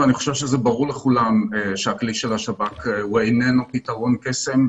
ואני חושב שזה ברור לכולם שהכלי של השב"כ הוא איננו פתרון קסם,